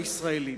לישראלים.